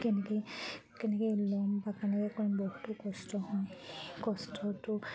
কেনেকৈ কেনেকৈ ল'ম বা কেনেকৈ কৰিম বহুতো কষ্ট হয় কষ্টটো